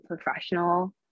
professional